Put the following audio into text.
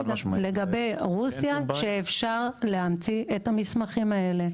לגבי רוסיה, שאפשר להמציא את המסמכים הללו.